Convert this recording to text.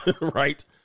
Right